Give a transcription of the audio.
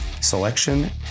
selection